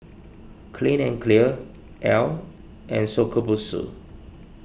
Clean and Clear Elle and Shokubutsu